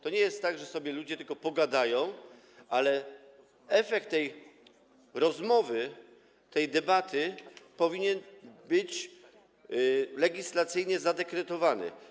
To nie jest tak, że ludzie tylko sobie pogadają, ale efekt tej rozmowy, tej debaty powinien być legislacyjnie zadekretowany.